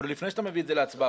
עוד לפני שאתה מביא את זה להצבעה,